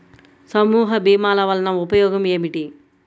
సమూహ భీమాల వలన ఉపయోగం ఏమిటీ?